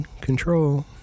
control